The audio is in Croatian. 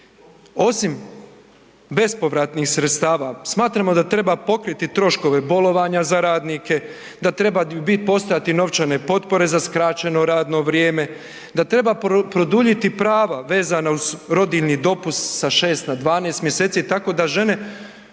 osim bespovratnih sredstava smatramo da treba pokriti troškove bolovanja za radnike, da treba bit postojati novčane potpore za skraćeno radno vrijeme, da treba produljiti prava vezana uz rodiljni dopust sa 6 na 12 mjeseci tako da žene